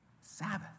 Sabbath